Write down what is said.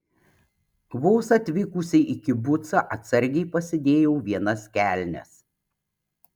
vos atvykusi į kibucą atsargai pasidėjau vienas kelnes